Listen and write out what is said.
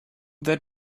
that